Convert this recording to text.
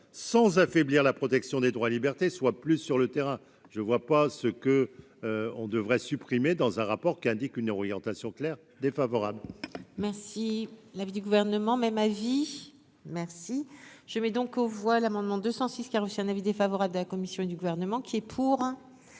sans affaiblir la protection des droits, libertés soit plus sur le terrain, je vois pas ce que on devrait supprimer dans un rapport qui indique une orientation claire défavorable. Merci l'avis du gouvernement, mais ma vie merci je mets donc aux voix l'amendement 206 qui a reçu un avis défavorable de la commission et du gouvernement qui est pour,